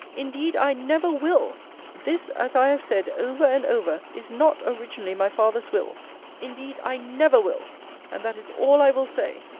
indeed i never will this, as i have said over and over, is not originally my father's will indeed i never will and that is all i will say!